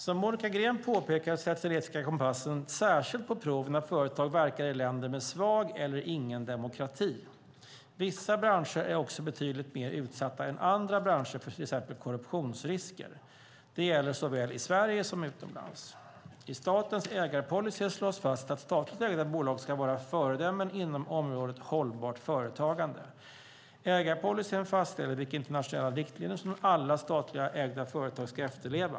Som Monica Green påpekar sätts den etiska kompassen särskilt på prov när företag verkar i länder med svag eller ingen demokrati. Vissa branscher är också betydligt mer utsatta än andra branscher för till exempel korruptionsrisker. Det gäller såväl i Sverige som utomlands. I statens ägarpolicy slås fast att statligt ägda bolag ska vara föredömen inom området Hållbart företagande. Ägarpolicyn fastställer vilka internationella riktlinjer som alla statligt ägda företag ska efterleva.